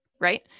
right